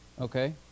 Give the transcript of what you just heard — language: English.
Okay